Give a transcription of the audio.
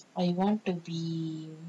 I want to be